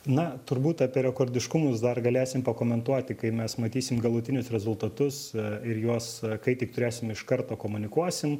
na turbūt apie rekordiškumus dar galėsim pakomentuoti kai mes matysim galutinius rezultatus ir juos kai tik turėsim iš karto komunikuosim